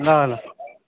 ल ल